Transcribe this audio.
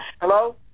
Hello